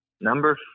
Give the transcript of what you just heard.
Number